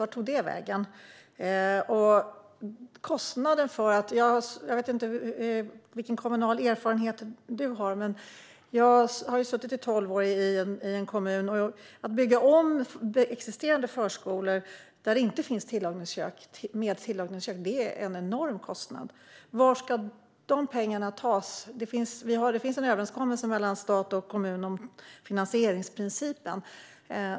Vart tog det vägen? Jag vet inte vilken kommunal erfarenhet Stefan Jakobsson har, men jag har suttit tolv år i kommunpolitiken. Att bygga om existerande förskolor utan tillagningskök till att ha tillagningskök utgör en enorm kostnad. Varifrån ska de pengarna tas? Det finns en överenskommelse mellan stat och kommun om finansieringsprincipen.